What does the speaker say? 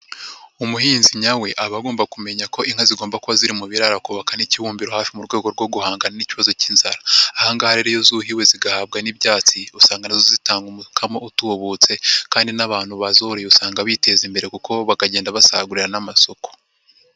Umuhinzi nyawe aba agomba kumenya ko inka zigomba kuba ziri mu biraro akubabaka n'ikibumbiro hafi mu rwego rwo guhangana n'ikibazo k'inzara, aha ngaha rero iyo zuhiwe zigahabwa n'ibyatsi usanga zitanga umukamo utubutse kandi n'abantu bazoroye usanga biteza imbere koko bakagenda basagurira n'amasoko.